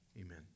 Amen